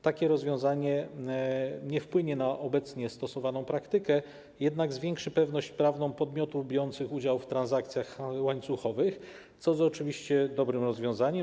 Takie rozwiązanie nie wpłynie na obecnie stosowaną praktykę, jednak zwiększy pewność prawną podmiotów biorących udział w transakcjach łańcuchowych, co oczywiście jest dobrym rozwiązaniem.